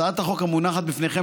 הצעת החוק המונחת בפניכם,